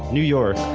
new york,